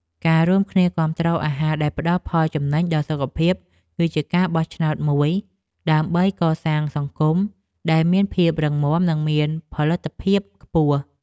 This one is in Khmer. ការរួមគ្នាគាំទ្រអាហារដែលផ្តល់ផលចំណេញដល់សុខភាពគឺជាការបោះឆ្នោតមួយដើម្បីកសាងសង្គមដែលមានភាពរឹងមាំនិងមានផលិតភាពខ្ពស់។